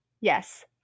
Yes